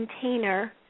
container